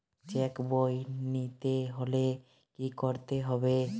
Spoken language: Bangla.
চেক বই নিতে হলে কি করতে হবে?